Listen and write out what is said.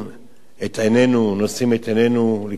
נושאים את עינינו לכיוון הכותל המערבי: